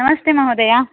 नमस्ते महोदय